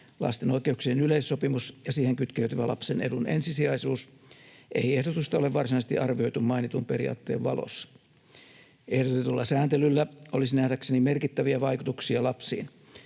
lasten oikeuksien yleissopimus ja siihen kytkeytyvä lapsen edun ensisijaisuus, ei ehdotusta ole varsinaisesti arvioitu mainitun periaatteen valossa. Ehdotetulla sääntelyllä olisi nähdäkseni merkittäviä vaikutuksia lapsiin.